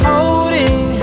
Holding